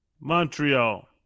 Montreal